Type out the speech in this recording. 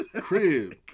crib